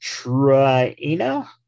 Traina